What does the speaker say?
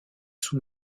sous